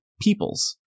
peoples